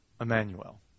Emmanuel